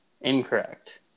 Incorrect